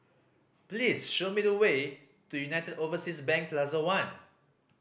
please show me the way to United Overseas Bank Plaza One